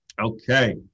Okay